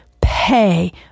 pay